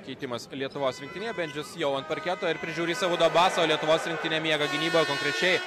keitimas lietuvos rinktinei bendžius jau ant parketo ir prižiūri saudo abaso lietuvos rinktinę miega gynyboje konkrečiai